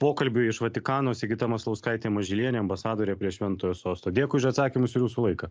pokalbiui iš vatikano sigita maslauskaitė mažylienė ambasadorė prie šventojo sosto dėkui už atsakymus ir jūsų laiką